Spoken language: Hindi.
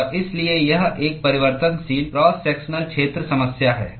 और इसलिए यह एक परिवर्तनशील क्रॉस सेक्शनल क्षेत्र समस्या है